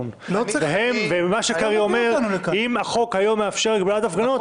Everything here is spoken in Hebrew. קרעי אומר שאם החוק היום מאפשר הגבלת הפגנות,